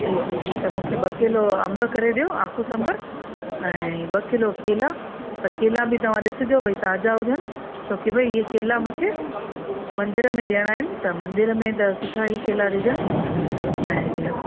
जी जी जी त मूंखे ॿ किलो अंब करे ॾियो आपूस अंब ऐं ॿ किलो केला त केला बि तव्हां ॾिसिजो भई ताज़ा हुजनि छो की भई इहे केला मूंखे मंदर में ॾियणा आहिनि त मंदर में त सुठा ई केला ॾिजनि ऐं